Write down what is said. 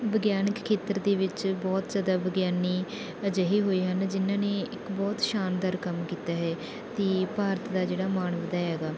ਵਿਗਿਆਨਿਕ ਖੇਤਰ ਦੇ ਵਿੱਚ ਬਹੁਤ ਜ਼ਿਆਦਾ ਵਿਗਿਆਨੀ ਅਜਿਹੇ ਹੋਏ ਹਨ ਜਿਹਨਾਂ ਨੇ ਇੱਕ ਬਹੁਤ ਸ਼ਾਨਦਾਰ ਕੰਮ ਕੀਤਾ ਹੈ ਅਤੇ ਭਾਰਤ ਦਾ ਜਿਹੜਾ ਮਾਣ ਹੁੰਦਾ ਹੈਗਾ